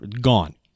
gone